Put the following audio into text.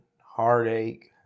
heartache